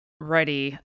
ready